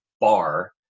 bar